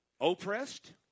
oppressed